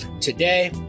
today